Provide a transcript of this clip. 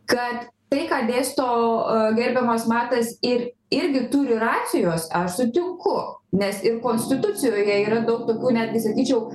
kad tai ką dėsto gerbiamas matas ir irgi turi racijos aš sutinku nes ir konstitucijoje yra daug daugiau netgi sakyčiau